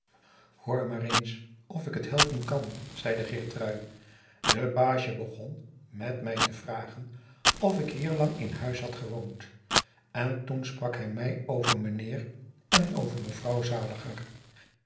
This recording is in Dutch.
hoor maar eens of ik het helpen kan zeide geertrui de pagie begon met mij te vragen of ik hier lang in huis had gewoond en toen sprak hij mij over mijnheer en over mevrouw zaliger